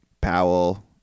Powell